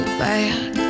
back